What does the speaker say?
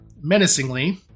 menacingly